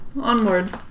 Onward